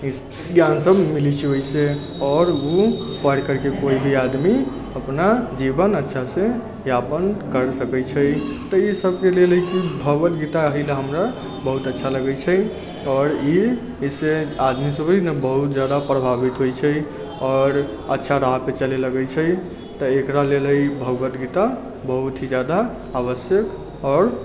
ई ज्ञानसब मिलै छै ओहिसँ आओर ओ पढ़ि करिके कोइ भी आदमी अपना जीवन अच्छासँ यापन करि सकै छै तऽ ई सबके लेल भगवतगीता एहिलए हमरा बहुत अच्छा लगै छै आओर एहिसँ आदमीसब हइ ने बहुत ज्यादे प्रभावित होइ छै आओर अच्छा राहपर चलऽ लगै छै तऽ एकरा लेल ई भगवतगीता बहुत ही ज्यादा आवश्यक आओर